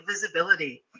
Visibility